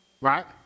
right